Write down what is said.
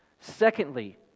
Secondly